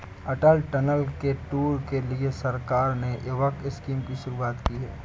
अटल tunnel के tour के लिए सरकार ने युवक स्कीम की शुरुआत की है